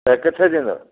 त किथे थींदो